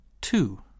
two